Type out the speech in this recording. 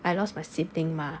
I lost my sibling mah